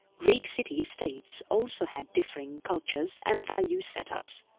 greek city states also had differing cultures and value setups.